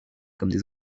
comme